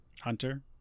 hunter